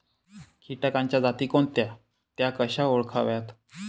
किटकांच्या जाती कोणत्या? त्या कशा ओळखाव्यात?